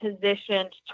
positioned